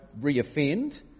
re-offend